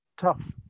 tough